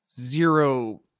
zero